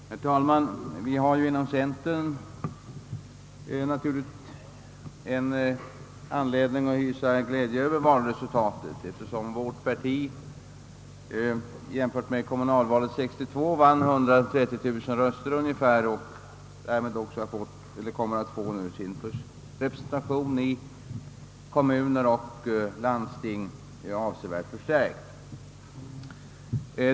Herr talman! Vi har inom centern naturligtvis anledning att hysa glädje över valresultatet, eftersom vårt parti jämfört med kommunalvalet 1962 vann ungefär 130 000 röster och därmed också kommer att få sin representation i kommuner och landsting avsevärt förstärkt.